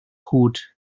cwd